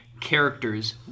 characters